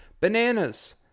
Bananas